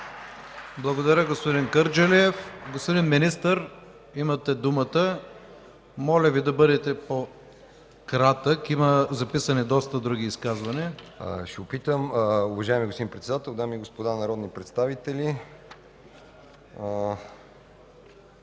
Благодаря, господин Кърджалиев. Господин Министър, имате думата. Моля да бъдете по-кратък. Има записани доста други изказвания. МИНИСТЪР ПЕТЪР МОСКОВ: Ще се опитам. Уважаеми господин Председател, дами и господа народни представители!